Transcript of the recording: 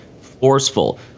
forceful